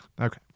Okay